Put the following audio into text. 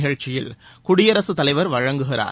நிகழ்ச்சியில் குடியரசு தலைவர் வழங்குகிறார்